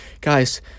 guys